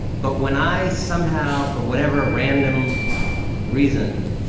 but when i somehow, for whatever random reason,